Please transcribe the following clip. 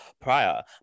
prior